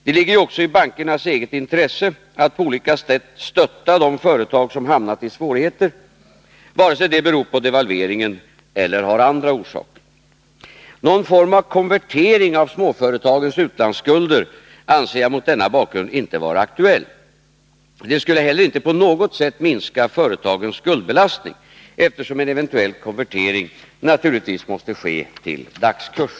Det ligger ju också i bankernas eget intresse att på olika sätt stötta de företag som hamnat i svårigheter, vare sig detta beror på devalveringen eller har andra orsaker. Någon form av konvertering av småföretagens utlandsskulder anser jag mot denna bakgrund inte vara aktuell. Det skulle inte heller på något sätt minska företagens skuldbelastning, eftersom en eventuell konvertering naturligtvis måste ske till dagskurs.